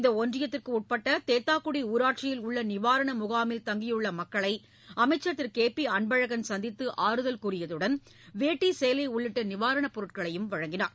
இந்த ஒன்றியத்திற்கு உட்பட்ட தேத்தாக்குடி ஊராட்சியில் உள்ள நிவாரண முகாமில் தங்கியுள்ள மக்களை அமைச்சர் திரு கே பி அன்பழகன் சந்தித்து ஆறுதல் கூறியதுடன் வேட்டி சேலை உள்ளிட்ட நிவாரணப் பொருட்களையும் வழங்கினார்